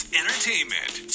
entertainment